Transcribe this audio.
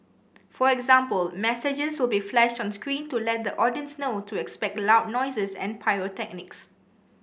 for example messages will be flashed on screen to let the audience know to expect loud noises and pyrotechnics